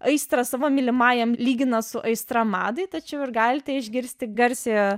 aistrą savo mylimajam lygina su aistra madai tačiau ir galite išgirsti garsiojo